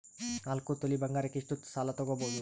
ನಾಲ್ಕು ತೊಲಿ ಬಂಗಾರಕ್ಕೆ ಎಷ್ಟು ಸಾಲ ತಗಬೋದು?